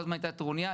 כל הזמן הייתה טרוניה,